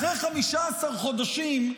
אחרי 15 חודשים,